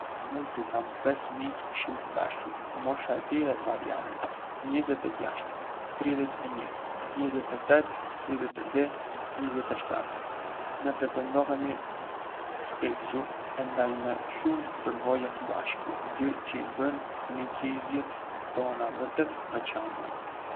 Mendoj se kam pesë miq shumë të dashur. Mosha e tyre variëren: njëzet e gjasht, tridhjet e një, njëzet e tet, tridhjet e di e njëzet e shtat vjet. Ne frekuentojmë shpissu e ndajmë shumë përvoja së bashku, gjë që i bën miqësitë tona vërtet të veçanta.